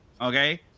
Okay